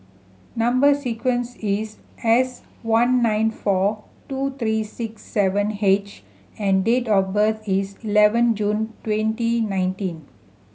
number sequence is S one nine four two three six seven H and date of birth is eleven June twenty nineteen